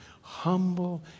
Humble